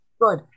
Good